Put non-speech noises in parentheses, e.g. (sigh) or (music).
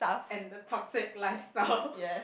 and the toxic lifestyle (laughs)